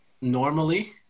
normally